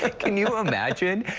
ah can you um imagine?